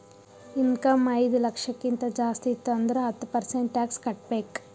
income ಐಯ್ದ ಲಕ್ಷಕ್ಕಿಂತ ಜಾಸ್ತಿ ಇತ್ತು ಅಂದುರ್ ಹತ್ತ ಪರ್ಸೆಂಟ್ ಟ್ಯಾಕ್ಸ್ ಕಟ್ಟಬೇಕ್